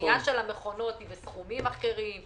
הקנייה של המכונות היא בסכומים אחרים,